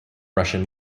russian